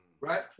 Right